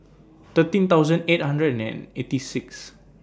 thirteen thousand eight hundred and eighty six